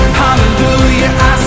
hallelujah